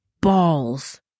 balls